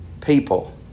people